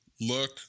look